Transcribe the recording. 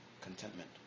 contentment